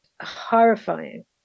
horrifying